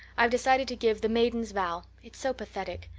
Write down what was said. i've decided to give the maiden's vow it's so pathetic.